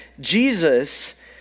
Jesus